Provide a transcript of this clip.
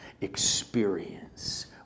experience